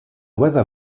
weather